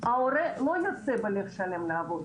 ההורה לא ייצא בלב שלם לעבוד,